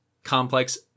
Complex